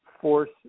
force